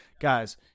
guys